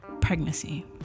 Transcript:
pregnancy